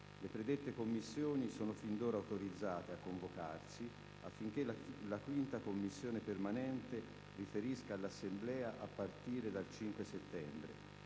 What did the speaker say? Le predette Commissioni sono fin d’ora autorizzate a convocarsi affinche´ la 5ª Commissione permanente riferisca all’Assemblea a partire dal 5 settembre.